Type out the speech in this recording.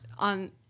On